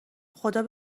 خدا